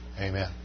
Amen